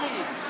קרעי,